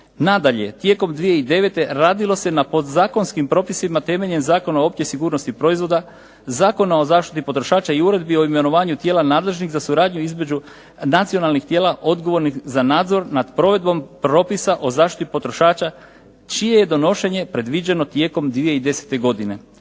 Nadalje, tijekom 2009. radilo se na podzakonskim propisima temeljem Zakona o općoj sigurnosti proizvoda, Zakona o zaštiti potrošača i Uredbi o imenovanju tijela nadležnih za suradnju između nacionalnih tijela odgovornih za nadzor nad provedbom propisa o zaštiti potrošača čije je donošenje predviđeno tijekom 2010. godine.